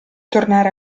tornare